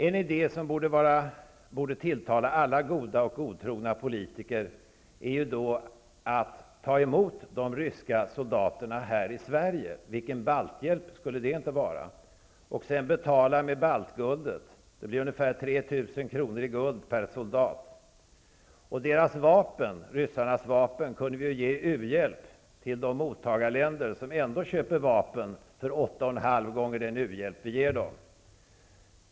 En idé som borde tilltala alla goda och godtrogna politiker är att ta emot de ryska soldaterna här i Sverige. Tänk vilken hjälp för balterna det skulle vara. Vi skulle kunna betala med baltguldet, vilket skulle bli ungefär 3 000 kr. i guld per soldat. Ryssarnas vapen skulle vi kunna ge i u-hjälp till de mottagarländer som ändå köper vapen för 8,5 gånger den u-hjälp som vi ger dem.